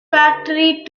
factory